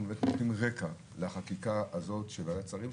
הולכים לתת רקע לחקיקה הזאת של וועדת שרים,